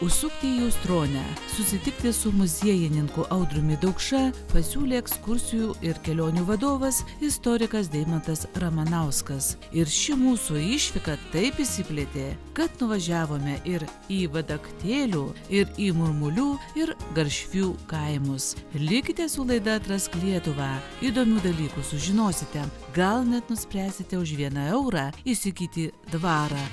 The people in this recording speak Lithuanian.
užsukti į ustronę susitikti su muziejininku audriumi daukša pasiūlė ekskursijų ir kelionių vadovas istorikas deimantas ramanauskas ir ši mūsų išvyka taip išsiplėtė kad nuvažiavome ir į vadaktėlių ir į murmulių ir garšvių kaimus likite su laida atrask lietuvą įdomių dalykų sužinosite gal net nuspręsite už vieną eurą įsigyti dvarą